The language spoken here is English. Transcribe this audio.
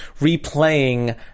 replaying